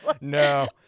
no